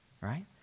right